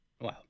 wow